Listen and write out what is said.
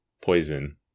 poison